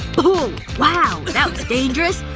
but wow. but that was dangerous.